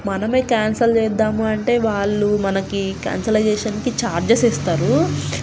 మనమే క్యాన్సల్ చేద్దాము అంటే వాళ్ళు మనకి క్యాన్సలైజేషన్కి ఛార్జెస్ ఇస్తారు